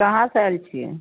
कहाँसँ आएल छियै